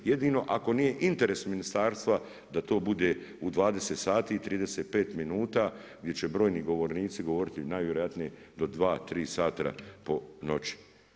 Jedino ako nije interes ministarstva da to bude u 20 sati i 35 minuta gdje će brojni govornici govoriti najvjerojatnije do dva, tri sata po noći.